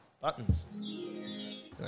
buttons